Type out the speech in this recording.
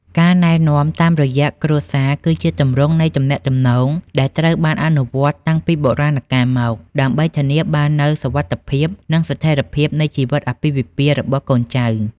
ការណែនាំតាមរយៈគ្រួសារគឺជាទម្រង់នៃទំនាក់ទំនង ដែលត្រូវបានអនុវត្តតាំងពីបុរាណកាលមក ដើម្បីធានាបាននូវសុវត្ថិភាព និងស្ថិរភាពនៃជីវិតអាពាហ៍ពិពាហ៍របស់កូនចៅ។